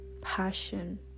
passion